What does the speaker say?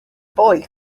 boy